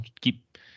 keep